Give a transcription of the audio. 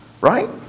right